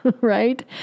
right